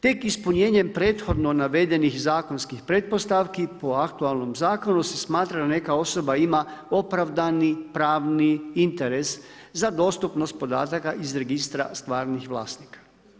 Tek ispunjenjem prethodno navedenih zakonskih pretpostavki po aktualnom zakonu se smatra da neka osoba ima opravdani pravni interes za dostupnost podataka iz registra stvarnih vlasnika.